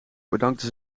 bedankte